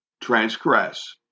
transgress